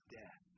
death